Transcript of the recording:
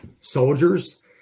soldiers